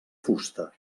fusta